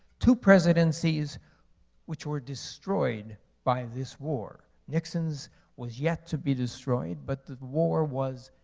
two presidencies which were destroyed by this war. nixon's was yet to be destroyed, but the war was,